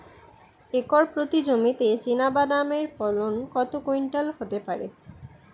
Acre প্রতি জমিতে চীনাবাদাম এর ফলন কত কুইন্টাল হতে পারে?